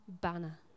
banner